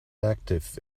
active